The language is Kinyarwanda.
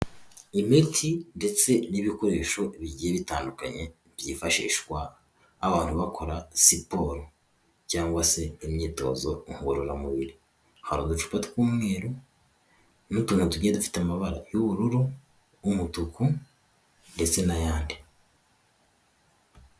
Imiti ndetse n'ibikoresho bigiye bitandukanye byifashishwa abantu bakora siporo cyangwa se imyitozo ngororamubiri, hari uducupa tw'umweru n'utuntu dugiye dufite amabara y'ubururu n'umutuku ndetse n'ayandi.